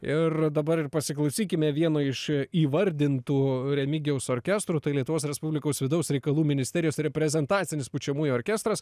ir dabar ir pasiklausykime vieno iš įvardintų remigijaus orkestrų tai lietuvos respublikaus vidaus reikalų ministerijos reprezentacinis pučiamųjų orkestras